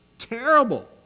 Terrible